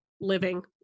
living